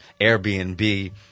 Airbnb